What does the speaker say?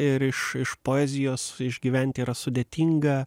ir iš iš poezijos išgyventi yra sudėtinga